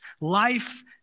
life